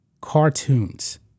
cartoons